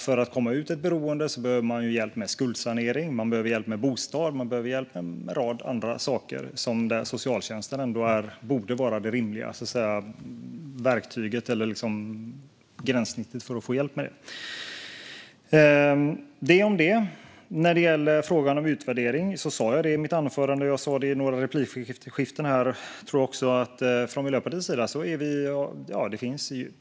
För att komma ut ur ett beroende behöver man hjälp med skuldsanering, bostad och en rad andra saker som socialtjänsten ändå borde vara det rimliga verktyget eller gränssnittet för att se till att man får hjälp. När det gäller frågan om utvärdering talade jag i mitt anförande och också i några replikskiften om vår syn från Miljöpartiets sida.